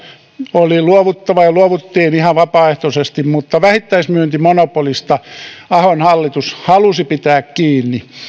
oli luovuttava ja luovuttiin ihan vapaaehtoisesti mutta vähittäismyyntimonopolista ahon hallitus halusi pitää kiinni